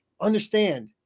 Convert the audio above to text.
understand